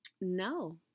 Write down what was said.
No